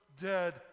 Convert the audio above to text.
dead